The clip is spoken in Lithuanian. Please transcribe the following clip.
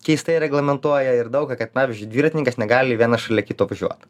keistai reglamentuoja ir daug ką kad pavyzdžiui dviratininkas negali vienas šalia kito važiuot